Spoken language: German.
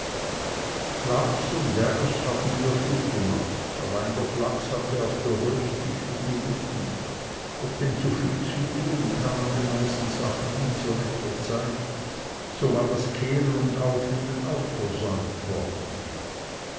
flachs und werch hatten wir viel gemacht allein der flachs hatte auf der rooßi viel gelitten ob dem zuviel zu tun kam man zu den meisten sachen nie zu rechter zeit so war das kehren und aufnehmen auch versäumt worden